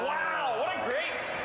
wow! what a great